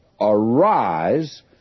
Arise